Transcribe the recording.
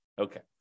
Okay